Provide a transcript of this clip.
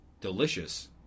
delicious